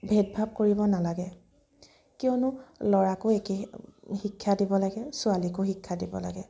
ভেদ ভাব কৰিব নালাগে কিয়নো ল'ৰাকো একেই শিক্ষা দিব লাগে ছোৱালীকো শিক্ষা দিব লাগে